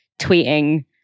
tweeting